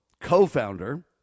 co-founder